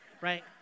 right